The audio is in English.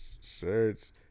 shirts